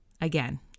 Again